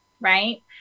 right